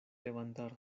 levantar